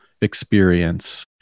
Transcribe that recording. experience